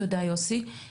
תודה, יוסי.